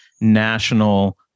national